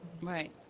Right